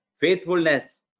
Faithfulness